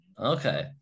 okay